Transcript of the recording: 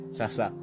sasa